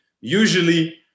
Usually